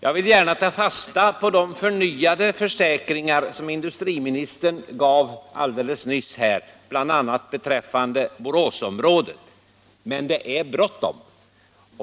Jag vill gärna ta fasta på de förnyade försäkringar som industriministern gav alldeles nyss här, bl.a. beträffande Boråsområdet, men det är bråttom.